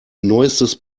neuestes